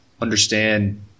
understand